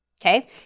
Okay